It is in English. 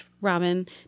Robin